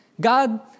God